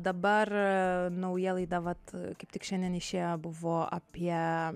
dabar nauja laida vat kaip tik šiandien išėjo buvo apie